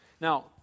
Now